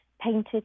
painted